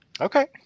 Okay